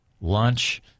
lunch